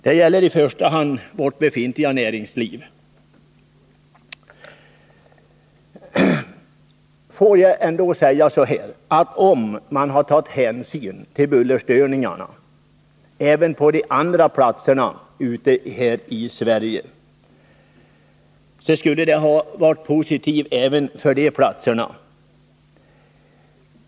Om man hade tagit hänsyn till bullerstörningarna även på de andra platserna i Sverige, skulle det ha varit positivt för dessa platser.